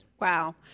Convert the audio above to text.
Wow